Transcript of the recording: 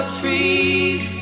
trees